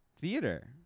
Theater